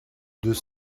deux